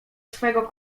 swego